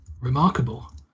remarkable